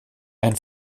ein